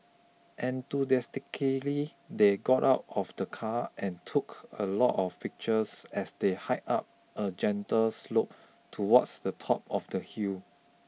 enthusiastically they got out of the car and took a lot of pictures as they hiked up a gentle slope towards the top of the hill